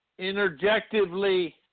interjectively